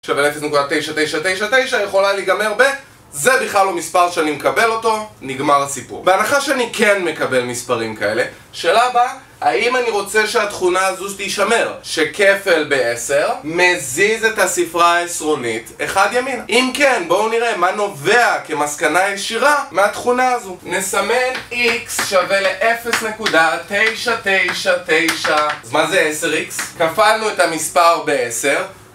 שווה 0.9999 יכולה לגמר בזה בכלל הוא מספר שאני מקבל אותו נגמר הסיפור בהנחה שאני כן מקבל מספרים כאלה שאלה הבאה, האם אני רוצה שהתכונה הזו תישמר שקפל ב-10 מזיז את הספרה העשרונית אחד ימין אם כן בואו נראה מה נובע כמסקנה ישירה מהתכונה הזו נסמן x שווה ל-0.999 אז מה זה 10x? קפלנו את המספר ב-10